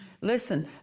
Listen